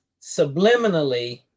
subliminally